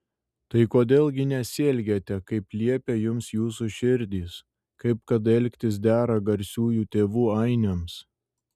tai kodėl gi nesielgiate kaip liepia jums jūsų širdys kaip kad elgtis dera garsiųjų tėvų ainiams